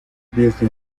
desde